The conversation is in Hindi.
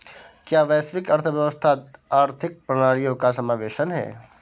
क्या वैश्विक अर्थव्यवस्था आर्थिक प्रणालियों का समावेशन है?